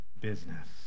business